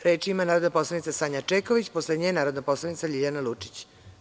Reč ima narodna poslanica Sanja Čeković, posle nje narodna poslanica Ljiljana Lučić.